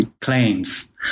claims